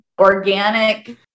organic